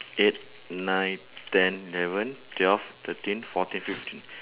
eight nine ten eleven twelve thirteen fourteen fifteen